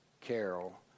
Carol